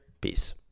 Peace